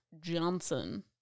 johnson